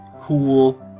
Cool